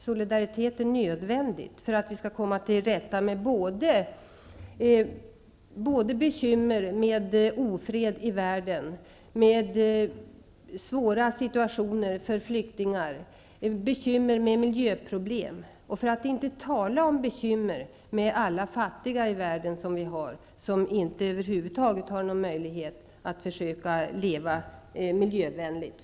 Solidariteten är nödvändig för att vi skall kunna komma till rätta med bekymmer med ofred i världen, med svåra situationer för flyktingar samt med bekymmer som har med miljöproblem att göra -- för att inte tala om bekymren med alla fattiga i världen som över huvud taget inte har några möjligheter att försöka leva miljövänligt.